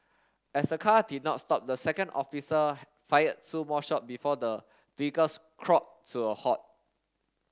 as the car did not stop the second officer fired two more shot before the vehicle crawled to a halt